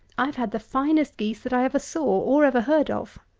i have had the finest geese that i ever saw, or ever heard of.